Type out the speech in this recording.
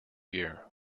year